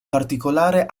particolare